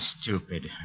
stupid